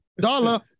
dollar